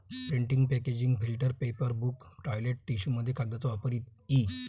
printing packaging filter paper book toilet टिश्यूमध्ये कागदाचा वापर इ